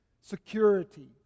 security